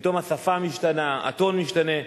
פתאום השפה משתנה, הטון משתנה.